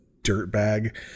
dirtbag